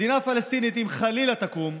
מדינה פלסטינית, אם חלילה תקום,